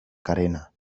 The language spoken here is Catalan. carena